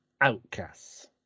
Outcasts